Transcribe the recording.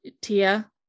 Tia